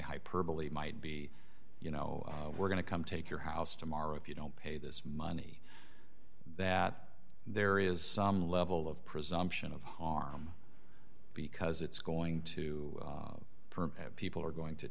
hyperbole might be you know we're going to come take your house tomorrow if you don't pay this money that there is some level of presumption of harm because it's going to have people are going to